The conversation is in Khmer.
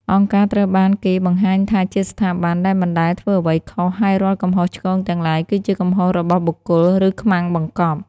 អង្គការត្រូវបានគេបង្ហាញថាជាស្ថាប័នដែលមិនដែលធ្វើអ្វីខុស ហើយរាល់កំហុសឆ្គងទាំងឡាយគឺជាកំហុសរបស់បុគ្គល ឬខ្មាំងបង្កប់។